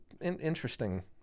interesting